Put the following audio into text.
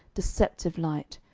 deceptive light,